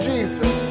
Jesus